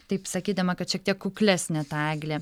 taip sakydama kad šiek tiek kuklesnė ta eglė